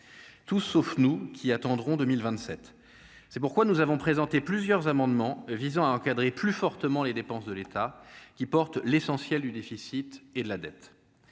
tous sauf nous qui attendront 2027, c'est pourquoi nous avons présenté plusieurs amendements visant à encadrer plus fortement les dépenses de l'État qui porte l'essentiel du déficit et la dette